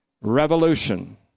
revolution